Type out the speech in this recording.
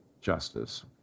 justice